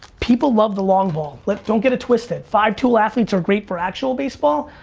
people love the long ball. like don't get it twisted. five tool athletes are great for actual baseball.